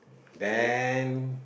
then